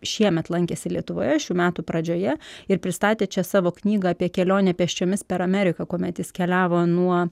šiemet lankėsi lietuvoje šių metų pradžioje ir pristatė čia savo knygą apie kelionę pėsčiomis per ameriką kuomet jis keliavo nuo